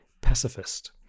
pacifist